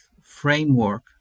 framework